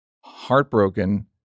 heartbroken